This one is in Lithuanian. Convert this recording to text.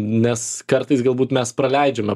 nes kartais galbūt mes praleidžiame